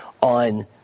on